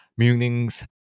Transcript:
Munings